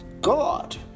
god